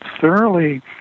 thoroughly